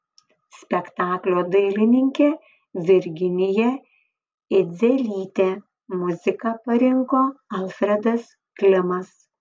spektaklio dailininkė virginija idzelytė muziką parinko alfredas klimas